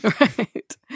Right